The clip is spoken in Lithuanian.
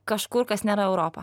kažkur kas nėra europa